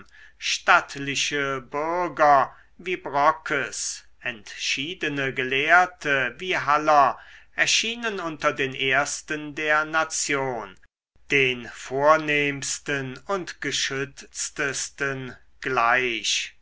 stattliche bürger wie brockes entschiedene gelehrte wie haller erschienen unter den ersten der nation den vornehmsten und geschütztesten gleich